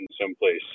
someplace